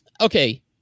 Okay